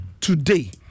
Today